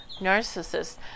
narcissist